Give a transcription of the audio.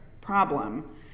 problem